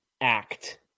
act